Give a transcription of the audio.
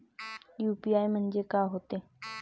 UPI म्हणजे का होते?